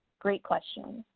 great question.